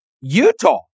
Utah